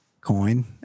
coin